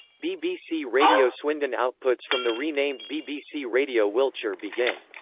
bbc radio swindon outputs from the renamed bbc radio wiltshire begin.